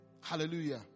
Hallelujah